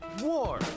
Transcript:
war